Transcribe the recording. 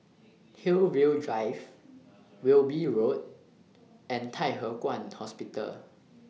Hillview Drive Wilby Road and Thye Hua Kwan Hospital